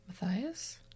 Matthias